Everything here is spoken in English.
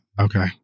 Okay